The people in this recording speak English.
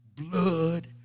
blood